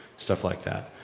stuff like that.